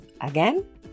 again